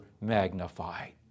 magnified